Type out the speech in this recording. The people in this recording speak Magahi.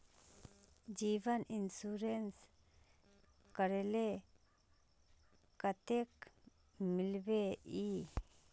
जीवन इंश्योरेंस करले कतेक मिलबे ई?